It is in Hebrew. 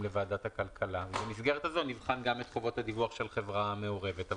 לוועדת הכלכלה ובמסגרת הזו נבחן גם את חובת הדיווח של חברה מעורבת.